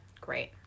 Great